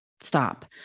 Stop